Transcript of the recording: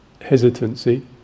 hesitancy